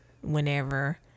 whenever